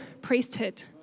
priesthood